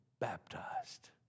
baptized